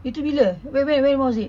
itu bila when when when was it